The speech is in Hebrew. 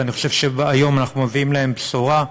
ואני חושב שהיום אנחנו מביאים להם בשורה.